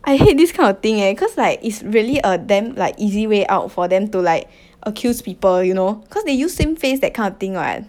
I hate this kind of thing eh cause like it's really a damn like easy way out for them to like accuse people you know cause they use same face that kind of thing [what]